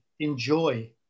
enjoy